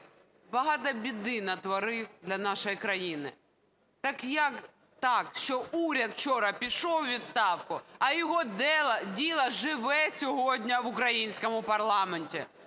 багато біди натворив для нашої країни. Так як так, що уряд вчора пішов у відставку, а його діло живе сьогодні в українському парламенті?